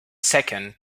second